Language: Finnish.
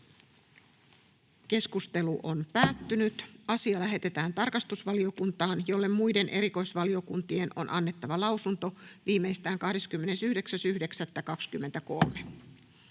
6. asia. Asia lähetetään tarkastusvaliokuntaan, jolle muiden erikoisvaliokuntien on annettava lausunto viimeistään 29.9.2023.